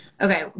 Okay